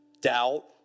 doubt